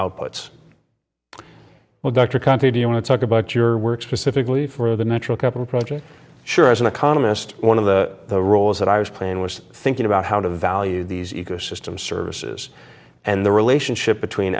outputs well dr country do you want to talk about your work specifically for the natural capital project sure as an economist one of the roles that i was playing was thinking about how to value these ecosystem services and the relationship between